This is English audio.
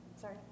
sorry